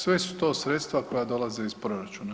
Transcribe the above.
Sve su to sredstva koja dolaze iz proračuna.